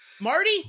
marty